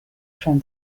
from